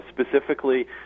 Specifically